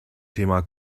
thema